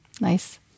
Nice